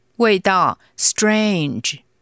味道,strange